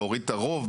להוריד את הרוב,